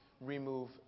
remove